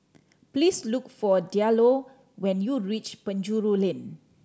please look for Diallo when you reach Penjuru Lane